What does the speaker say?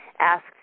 asked